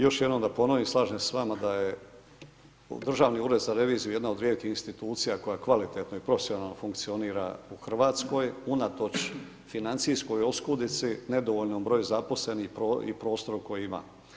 Još jednom da ponovim, slažem se s vama da je Državni ured za reviziju jedna od rijetkih institucija koja kvalitetno i profesionalno funkcionira u Hrvatskoj unatoč financijskoj oskudici, nedovoljnom broju zaposlenih i prostorom koji ima.